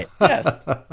Yes